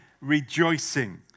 rejoicing